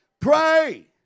Pray